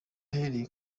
ahereye